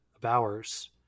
Bowers